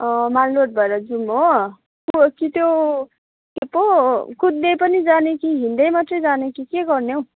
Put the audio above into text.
माल road भएर जाउँ हो त्यो हो कि त्यो त्यो कुद्दै पनि जाने कि हिँड्दै मात्रै जाने कि के गर्ने हो